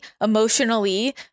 emotionally